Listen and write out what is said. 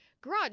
garage